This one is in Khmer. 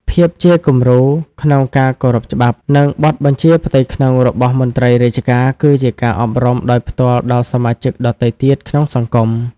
ភាពជាគំរូក្នុងការគោរពច្បាប់ និងបទបញ្ជាផ្ទៃក្នុងរបស់មន្ត្រីរាជការ គឺជាការអប់រំដោយផ្ទាល់ដល់សមាជិកដទៃទៀតក្នុងសង្គម។